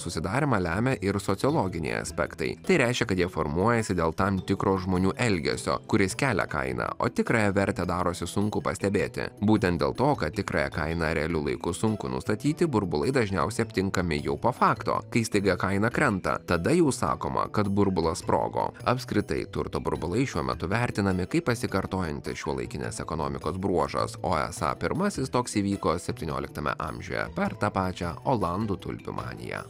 susidarymą lemia ir sociologiniai aspektai tai reiškia kad jie formuojasi dėl tam tikro žmonių elgesio kuris kelia kainą o tikrąją vertę darosi sunku pastebėti būtent dėl to kad tikrąją kainą realiu laiku sunku nustatyti burbulai dažniausiai aptinkami jau po fakto kai staiga kaina krenta tada jau sakoma kad burbulas sprogo apskritai turto burbulai šiuo metu vertinami kaip pasikartojantis šiuolaikinės ekonomikos bruožas o esą pirmasis toks įvyko septynioliktame amžiuje per tą pačią olandų tulpių maniją